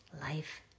life